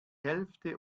hälfte